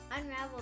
unravel